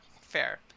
Fair